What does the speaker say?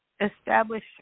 establish